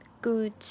Good